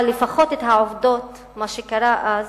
אבל לפחות את העובדות, מה שקרה אז,